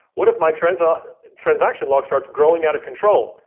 what if my transaction transaction log starts growing out of control?